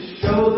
show